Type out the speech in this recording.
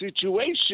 situation